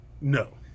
no